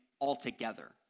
altogether